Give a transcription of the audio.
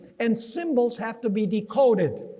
and symbols have to be decoded.